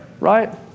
right